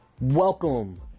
welcome